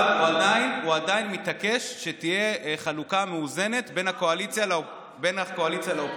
אבל הוא עדיין מתעקש שתהיה חלוקה מאוזנת בין הקואליציה לאופוזיציה.